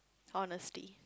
honesty